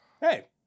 Hey